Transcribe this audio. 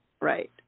right